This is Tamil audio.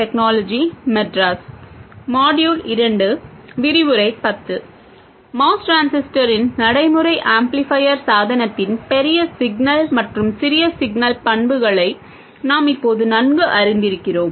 MOS டிரான்சிஸ்டரின் நடைமுறை ஆம்ப்ளிஃபையர் சாதனத்தின் பெரிய சிக்னல் மற்றும் சிறிய சிக்னல் பண்புகளை நாம் இப்போது நன்கு அறிந்திருக்கிறோம்